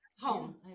home